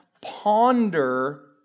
ponder